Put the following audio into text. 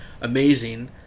amazing